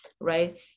right